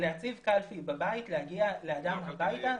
להציב קלפי בבית, להגיע לאדם הביתה.